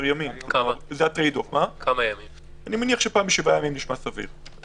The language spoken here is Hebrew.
ימים אני מניח שפעם בשבוע נשמע סביר,